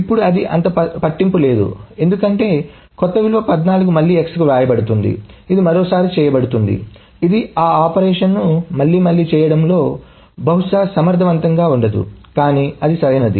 ఇప్పుడు అది అంత పట్టింపు లేదు ఎందుకంటే కొత్త విలువ 14 మళ్లీ x కి వ్రాయబడుతుంది ఇది మరోసారి చేయబడుతోంది ఇది ఆ ఆపరేషన్ని మళ్లీ మళ్లీ చేయడంలో బహుశా సమర్థవంతంగా ఉండదు కానీ అది సరైనది